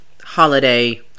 holiday